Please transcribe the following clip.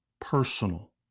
personal